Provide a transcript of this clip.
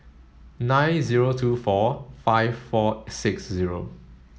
nine zero two four five four six zero